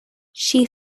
she